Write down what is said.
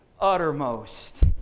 uttermost